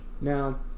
Now